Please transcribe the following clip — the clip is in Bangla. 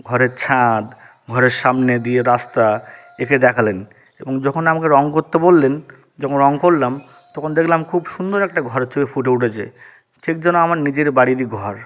ঘরের ছাঁদ ঘরের সামনে দিয়ে রাস্তা এঁকে দেখালেন এবং যখন আমাকে রঙ করতে বললেন যখন রঙ করলাম তখন দেখলাম খুব সুন্দর একটা ঘরের ছবি ফুটে উটেছে ঠিক যেন আমার নিজের বাড়িরই ঘর